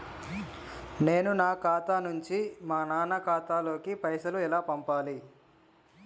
నేను నా ఖాతా నుంచి మా నాన్న ఖాతా లోకి పైసలు ఎలా పంపాలి?